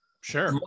Sure